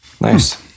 Nice